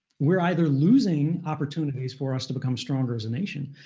we're either losing opportunities for us to become stronger as a nation,